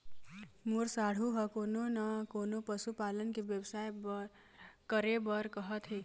मोर साढ़ू ह कोनो न कोनो पशु पालन के बेवसाय करे बर कहत हे